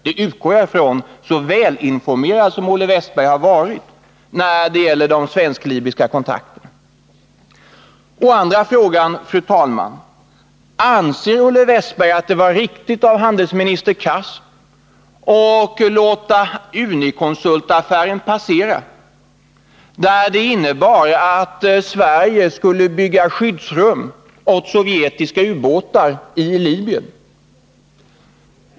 Det utgår jag från, så välinformerad som han har varit när det gäller de svensk-libyska kontakterna. Den andra frågan, fru talman, är: Anser Olle Wästberg att det var riktigt av handelsminister Cars att låta Uniconsultaffären passera, som innebar att Sverige skulle bygga skyddsrum åt sovjetiska ubåtar i Libyen?